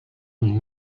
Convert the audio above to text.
une